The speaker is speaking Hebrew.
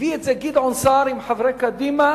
הביא את זה גדעון סער עם חברי קדימה